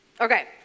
Okay